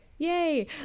Yay